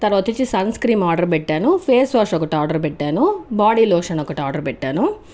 తర్వాత వచ్చేసి sunscreen order పెట్టాను ఫేస్ వాష్ ఒకటి ఆర్డర్ పెట్టాను బాడీ లోషన్ ఒకటి ఆర్డర్ పెట్టాను